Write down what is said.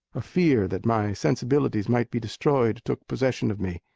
a fear that my sensibilities might be destroyed, took possession of me.